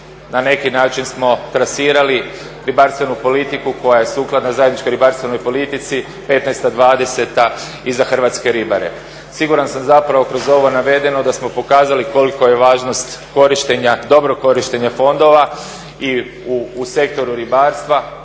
Na neki način smo trasirali ribarstvenu politiku koja je sukladna zajedničkoj ribarstvenoj politici 2015.-2020. i za hrvatske ribare. Siguran sam zapravo kroz ovo navedeno da smo pokazali koliko je važnost dobrog korištenja fondova i u sektoru ribarstva